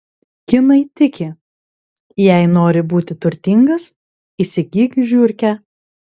kinai tiki jei nori būti turtingas įsigyk žiurkę